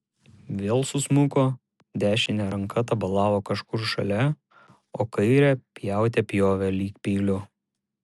vėl susmuko dešinė ranka tabalavo kažkur šalia o kairę pjaute pjovė lyg peiliu